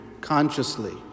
consciously